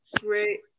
Great